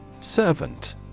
Servant